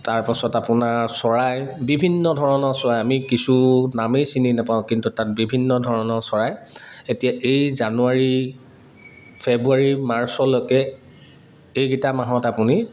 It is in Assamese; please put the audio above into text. তাৰপাছত আপোনাৰ চৰাই বিভিন্ন ধৰণৰ চৰাই আমি কিছু নামেই চিনি নেপাওঁ কিন্তু তাত বিভিন্ন ধৰণৰ চৰাই এতিয়া এই জানুৱাৰী ফেব্ৰুৱাৰী মাৰ্চলৈকে এইকিটা মাহত আপুনি